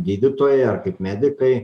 gydytojai ar kaip medikai